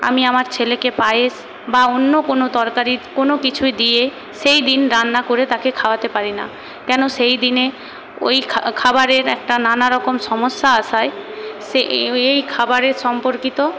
আমি আমার ছেলেকে পায়েস বা অন্য কোনো তরকারির কোনো কিছু দিয়ে সেইদিন রান্না করে তাকে খাওয়াতে পারি না কেনো সেই দিনে ওই খাবারের একটা নানারকম সমস্যা আসায় সে এই খাবারের সম্পর্কিত